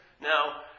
Now